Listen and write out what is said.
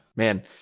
Man